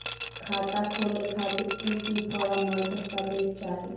खाता खोले खातिर की की फॉर्म और दस्तावेज चाही?